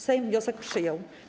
Sejm wniosek przyjął.